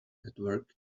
network